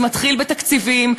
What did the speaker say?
זה מתחיל בתקציבים,